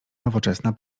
nowoczesna